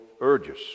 urges